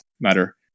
matter